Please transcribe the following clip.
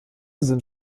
sind